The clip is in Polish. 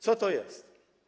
Co to jest?